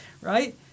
right